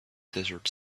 desert